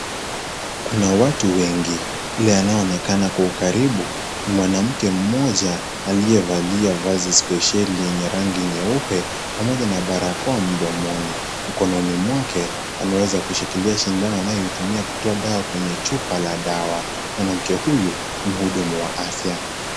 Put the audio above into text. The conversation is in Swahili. Kuna watu wengi, ila anayeonekana kwa ukaribu ni mwanamke mmoja aliyevalia vazi speseli yenye rangi nyeupe pamoja na barakoa mdomoni. Mkononi mwake ameweza kushikilia sindano anayoitumia kutoa dawa kwenye chupa la dawa. Mwanamke huyu ni muhudumu wa afya.